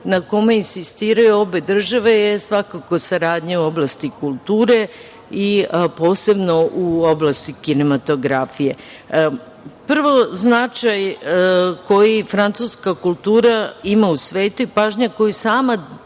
na kome insistiraju obe države, je svakako, saradnja u oblasti kulture, posebno u oblasti kinematografije. Prvo, značaj, koji francuska kultura ima u svetu i pažnja koju sama država